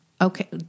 Okay